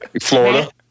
Florida